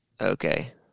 Okay